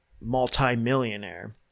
multi-millionaire